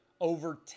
Over